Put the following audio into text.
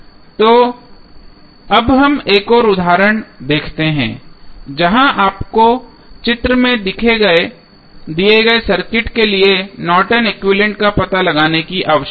तो अब हम एक और उदाहरण देखते हैं जहां आपको चित्र में दिए गए सर्किट के लिए नॉर्टन एक्विवैलेन्ट Nortons equivalent का पता लगाने की आवश्यकता है